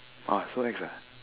!wah! so ex ah